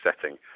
setting